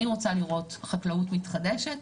אני רוצה לראות חקלאות מתחדשת,